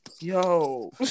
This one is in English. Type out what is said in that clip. Yo